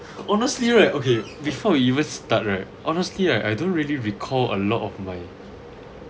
honestly right okay before we even start right honestly I I don't really recall a lot of my